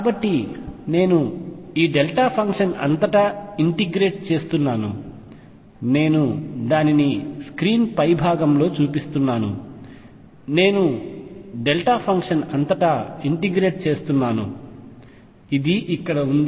కాబట్టి నేను ఈ డెల్టా ఫంక్షన్ అంతటా ఇంటిగ్రేట్ చేస్తున్నాను నేను దానిని స్క్రీన్ పైభాగంలో చూపిస్తున్నాను నేను డెల్టా ఫంక్షన్ అంతటా ఇంటిగ్రేట్ చేస్తున్నాను ఇది ఇక్కడ ఉంది